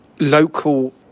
local